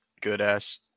good-ass